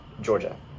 Georgia